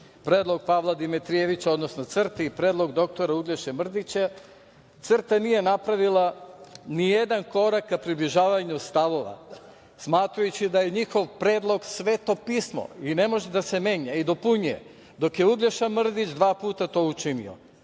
predlog Pavla Dimitrijevića, odnosno CRTE i predlog dr Uglješe Mrdića. CRTA nije napravila ni jedan korak ka približavanju stavova, smatrajući da je njihov predlog sveto pismo i ne može da se menja i dopunjuje, dok je Uglješa Mrdić dva puta to učinio. Dakle,